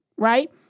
Right